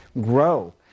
grow